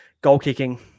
goal-kicking